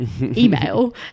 email